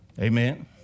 Amen